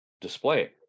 display